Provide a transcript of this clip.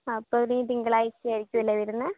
ആ അപ്പോൾ അവർ ഈ തിങ്കളാഴ്ച ആയിരിക്കും അല്ലേ വരുന്നത്